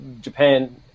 Japan –